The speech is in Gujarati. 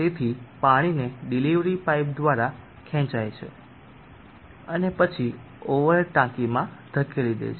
તેથી પાણીને ડિલિવરી પાઇપ દ્વારા ખેંચાય છે અને પછી ઓવરહેડ ટાંકીમાં ધકેલી દે છે